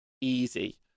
Easy